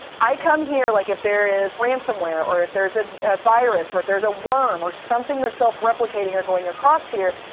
i come here like if there is ransomware, or if there's a virus, or if there's a worm, or something that's self-replicating or going across here.